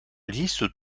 liste